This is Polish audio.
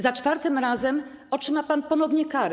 Za czwartym razem otrzyma pan ponownie karę.